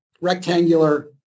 rectangular